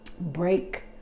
break